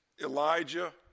Elijah